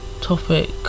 topic